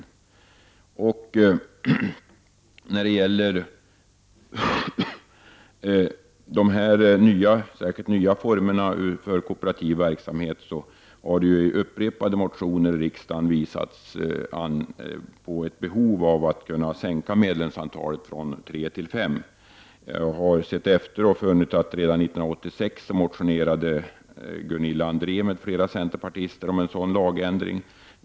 Särskilt när det gäller de nya verksamheterna i kooperativ form har det ju i upprepade motioner i riksdagen påvisats ett behov av att sänka medlemsantalet från fem till tre. Jag har sett efter och funnit att Gunilla André m.fl. centerpartister redan 1986 motionerade om en sådan lagändring.